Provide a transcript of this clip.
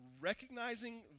recognizing